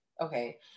okay